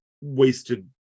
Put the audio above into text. wasted